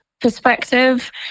perspective